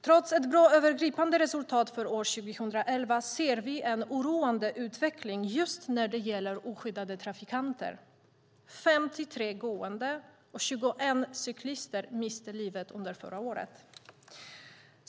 Trots ett bra övergripande resultat för år 2011 ser vi en oroande utveckling just när det gäller oskyddade trafikanter. 53 gående och 21 cyklister miste livet förra året.